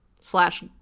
Slash